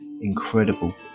incredible